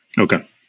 Okay